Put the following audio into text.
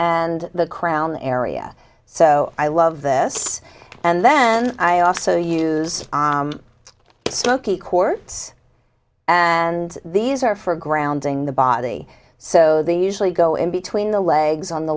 and the crown area so i love this and then i also use smokey cords and these are for grounding the body so the usually go in between the legs on the